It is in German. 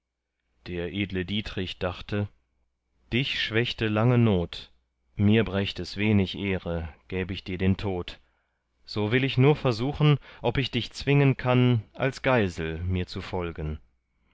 der edle dietrich dachte dich schwächte lange not mir brächt es wenig ehre gäb ich dir den tod so will ich nur versuchen ob ich dich zwingen kann als geisel mir zu folgen